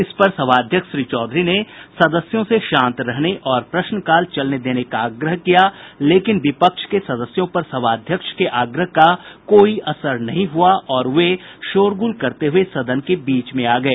इस पर सभा अध्यक्ष श्री चौधरी ने सदस्यों से शांत रहने और प्रश्नकाल चलने देने का आग्रह किया लेकिन विपक्ष के सदस्यों पर सभा अध्यक्ष के आग्रह का कोई असर नहीं हुआ और वे शोरगुल करते हुए सदन के बीच में आ गए